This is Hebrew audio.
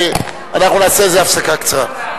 נעשה הצבעה קצרה.